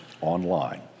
online